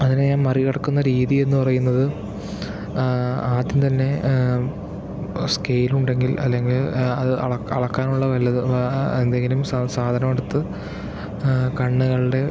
അതിനേ ഞാൻ മറികടക്കുന്ന രീതി എന്നു പറയുന്നത് ആദ്യം തന്നെ സ്കെയിൽ ഉണ്ടെങ്കിൽ അല്ലെങ്കിൽ അത് അള അളക്കാനുള്ള വല്ലതും എന്തെങ്കിലും സ സാധനമെടുത്ത് കണ്ണുകളുടെ